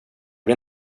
vet